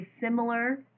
similar